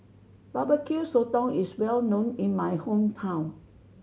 Barbecue Sotong is well known in my hometown